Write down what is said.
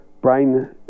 brain